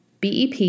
BEP